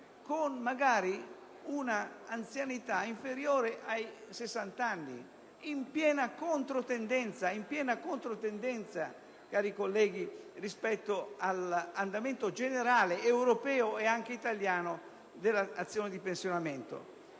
con un'età magari inferiore ai 60 anni, in piena controtendenza, cari colleghi, rispetto all'andamento generale europeo e anche italiano dell'azione di pensionamento.